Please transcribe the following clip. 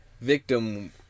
victim